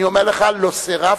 אני אומר לך: לא סירבתי,